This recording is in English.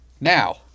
Now